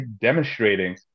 demonstrating